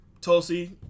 Tulsi